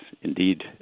indeed